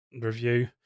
review